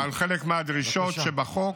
-- אשר נועדו להקל בחלק מהדרישות שבחוק,